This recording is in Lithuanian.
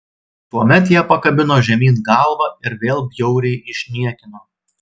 tuomet ją pakabino žemyn galva ir vėl bjauriai išniekino